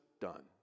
done